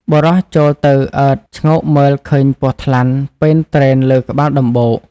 បុរសចូលទៅអើតឈ្ងោកមើលឃើញពស់ថ្លាន់ពេនទ្រេលលើក្បាលដំបូក។